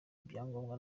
ibyangombwa